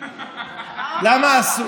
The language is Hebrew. למה?